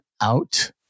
out